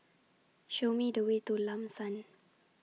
Show Me The Way to Lam San